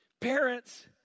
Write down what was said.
Parents